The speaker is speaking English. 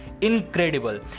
incredible